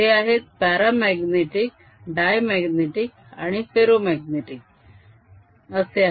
ते आहेत paramagnetic diamagnetic आणि फेरोमाग्नेटीक असे आहेत